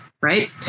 right